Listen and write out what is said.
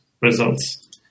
results